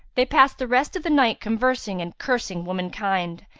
they passed the rest of the night conversing and cursing womankind,